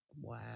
Wow